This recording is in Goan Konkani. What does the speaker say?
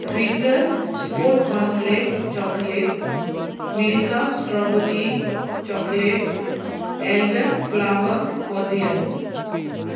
Ritter Sport cornflakes chocolate Milka strawberry chocolate elder flower cordial